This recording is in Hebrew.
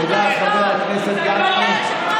תודה, חבר הכנסת גפני.